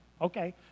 okay